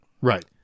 right